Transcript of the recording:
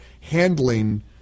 handling